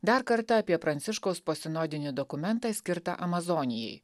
dar kartą apie pranciškaus posinodinį dokumentą skirtą amazonijai